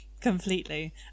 Completely